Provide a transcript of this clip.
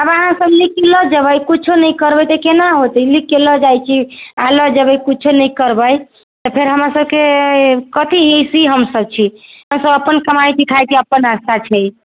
आब अहाँ सब लिखि के ले जेबै कुछो नहि करबै तऽ केना हेतै लिखि कऽ ले जाइ छी आ लऽ जेबै कुछो न करबै तऽ फेर हमरा सब के कथि ऐसी हम सब छी हम सब अपन कमाई छी खाइ छी अपन रास्ता छै